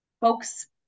folks